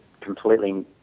completely